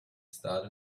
started